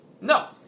No